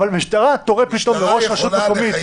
אבל שמשטרה תורה פתאום לראש רשות מקומית?